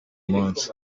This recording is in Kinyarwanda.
munsi